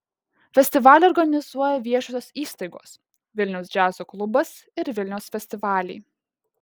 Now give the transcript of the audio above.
festivalį organizuoja viešosios įstaigos vilniaus džiazo klubas ir vilniaus festivaliai